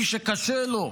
מי שקשה לו,